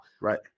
right